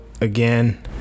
again